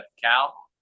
Cal